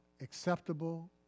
acceptable